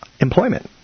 employment